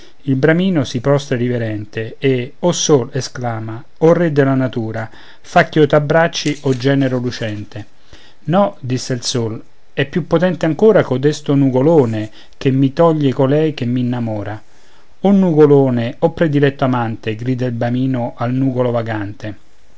il bramino si prostra riverente e o sol esclama o re della natura fa ch'io t'abbracci o genero lucente no disse il sol è più potente ancora codesto nugolone che mi toglie colei che m'innamora o nugolone o prediletto amante grida il bramino al nugolo vagante